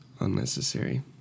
Unnecessary